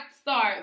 start